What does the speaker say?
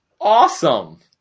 Awesome